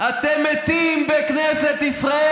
אתם מתים בכנסת ישראל.